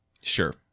Sure